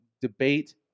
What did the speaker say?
debate